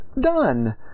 done